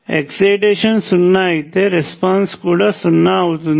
excitation సున్నా అయితే response కూడా సున్నా అవుతుంది